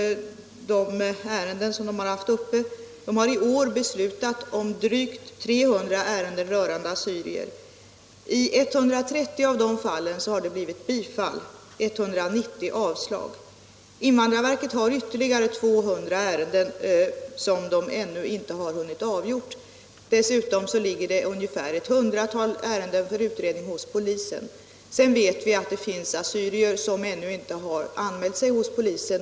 Invandrarverket har i år beslutat i drygt 300 ärenden rörande assyrier. 1130 av dessa fall har det blivit bifall och i 190 fall avslag. Invandrarverket har ytterligare 200 ärenden, som ännu inte hunnit avgöras, och dessutom ligger ungefär ett hundratal ärenden för utredning hos polisen. Vidare vet vi att det finns assyrier som ännu inte har anmält sig hos polisen.